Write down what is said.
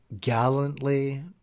gallantly